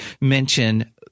mention